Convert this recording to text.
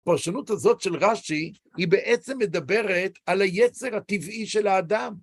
הפרשנות הזאת של רש"י היא בעצם מדברת על היצר הטבעי של האדם.